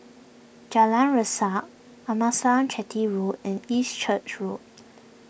Jalan Resak Amasalam Chetty Road and East Church Road